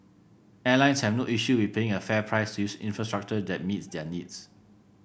airlines have no issue with paying a fair price to use infrastructure that meets their needs